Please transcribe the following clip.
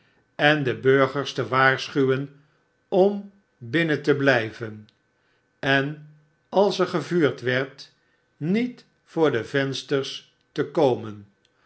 en de burgers te waarschuwen om binnen te blijven en als er gevuurd werd niet voor de vensters te komen